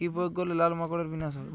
কি প্রয়োগ করলে লাল মাকড়ের বিনাশ হবে?